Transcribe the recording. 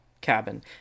cabin